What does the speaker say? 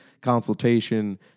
consultation